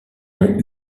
nom